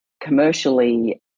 commercially